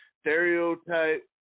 stereotype